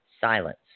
silence